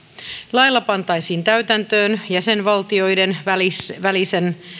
lailla pantaisiin täytäntöön jäsenvaltioiden välisen välisen